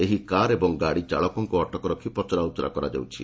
ଏହି କାର୍ ଏବଂ ଗାଡ଼ି ଚାଳକଙ୍କୁ ଅଟକ ରଖି ପଚରାଉଚରା କରାଯାଉଛି